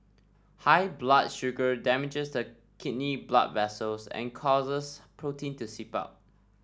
high blood sugar damages the kidney blood vessels and causes protein to seep out